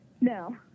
No